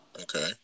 Okay